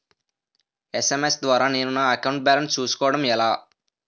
SMS ద్వారా నేను నా అకౌంట్ బాలన్స్ చూసుకోవడం ఎలా?